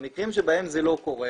במקרים שבהם זה לא קורה,